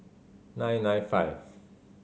nine nine five